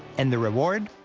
and the reward.